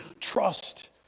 trust